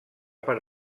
per